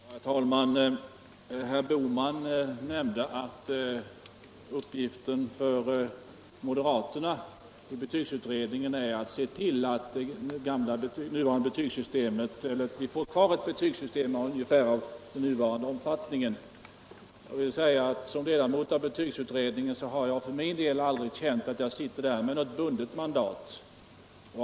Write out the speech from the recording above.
Herr talman! Herr Bohman sade att uppgiften för moderaternas ledamot i betygsutredningen är att se till att vi får ha kvar ett betygssystem av nuvarande omfattning. Som ledamot av betygsutredningen vill jag säga att jag för min del aldrig har känt det som att jag sitter där med något bundet mandat.